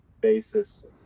basis